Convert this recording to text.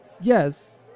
yes